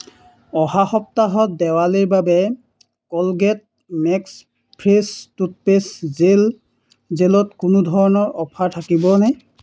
অহা সপ্তাহত দেৱালীৰ বাবে Colgate Max Fresh toothpaste gel জেলত কোনো ধৰণৰ অফাৰ থাকিবনে